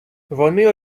вони